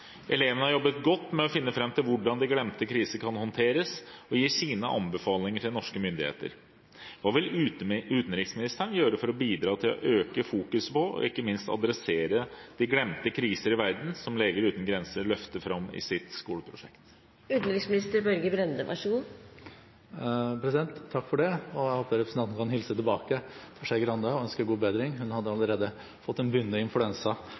Elevene har jobbet godt med å finne fram til hvordan de glemte kriser kan håndteres, og gir sine anbefalinger til norske myndigheter. Hva vil utenriksministeren gjøre for å bidra til å øke fokuset på, og ikke minst adressere, de glemte kriser i verden, som Leger Uten Grenser løfter fram i sitt skoleprosjekt?» Takk for det, og jeg håper representanten kan hilse tilbake til Skei Grande og ønske god bedring. Hun hadde allerede fått en